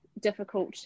difficult